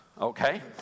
Okay